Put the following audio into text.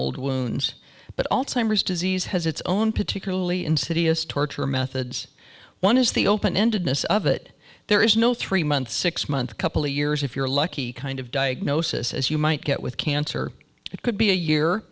old wounds but all timers disease has its own particularly insidious torture methods one is the open ended miss of it there is no three months six months couple of years if you're lucky kind of diagnosis as you might get with cancer it could be a year